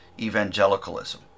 evangelicalism